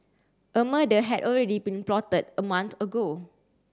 a murder had already been plotted a month ago